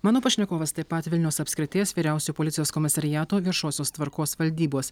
mano pašnekovas taip pat vilniaus apskrities vyriausio policijos komisariato viešosios tvarkos valdybos